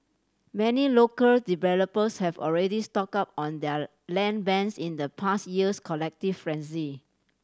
many local developers have already stocked up on their land banks in the past year's collective frenzy